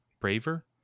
Braver